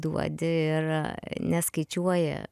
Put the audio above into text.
duodi ir neskaičiuoji